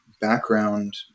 background